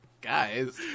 Guys